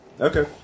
Okay